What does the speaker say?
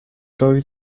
going